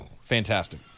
fantastic